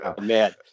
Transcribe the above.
man